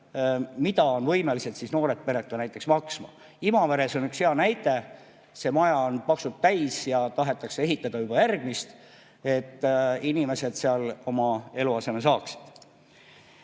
mida on võimelised näiteks noored pered maksma. Imaveres on üks hea näide. See maja on paksult täis ja tahetakse ehitada juba järgmist, et inimesed seal eluaseme saaksid.